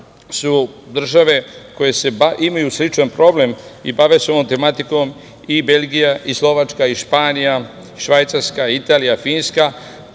su države koje imaju sličan problem i bave se ovom tematikom - Belgija, Slovačka, Španija, Švajcarska, Italija, Finska,